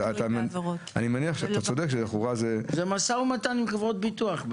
זה משא ומתן עם חברות ביטוח.